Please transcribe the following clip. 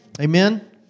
Amen